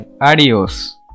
Adios